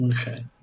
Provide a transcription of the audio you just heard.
okay